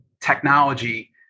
technology